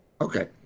Okay